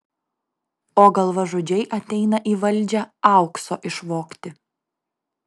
o galvažudžiai ateina į valdžią aukso išvogti